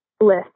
list